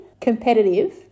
Competitive